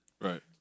Right